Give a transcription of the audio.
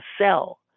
sell